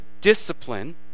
discipline